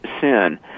sin